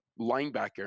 linebacker